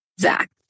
zach